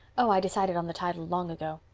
oh, i decided on the title long ago.